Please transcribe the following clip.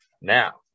Now